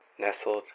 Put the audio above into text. nestled